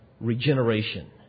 regeneration